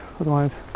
otherwise